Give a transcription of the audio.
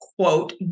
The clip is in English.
quote